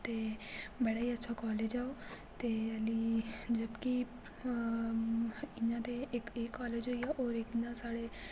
ते बड़ा ही अच्छा कालेज ऐ ओ ते आह्ली जबकि इ'यां ते इक ऐ कालेज होई आ ते इक इ'यां साढ़े